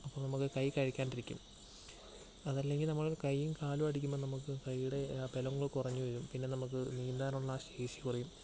അപ്പോൾ നമ്മൾക്ക് കൈ കഴക്കാണ്ട് ഇരിക്കും അതല്ല എങ്കിൽ നമ്മൾ കൈയ്യും കാലും അടിക്കുമ്പം നമ്മൾക്ക് കൈയുടെ ആ ബലം അങ്ങ് കുറഞ്ഞു വരും പിന്നെ നമ്മൾക്ക് നീന്താനുള്ള ആ ശേഷി കുറയും